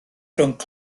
rhwng